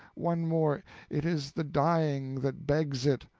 one more it is the dying that begs it!